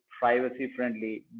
privacy-friendly